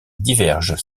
divergent